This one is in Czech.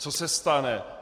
Co se stane?